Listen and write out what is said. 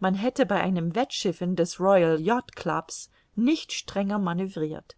man hätte bei einem wettschiffen des royal yacht clubs nicht strenger manövrirt